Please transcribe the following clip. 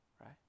right